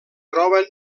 troben